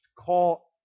call